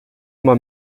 uma